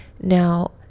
now